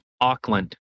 Auckland